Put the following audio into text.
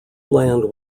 land